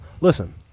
listen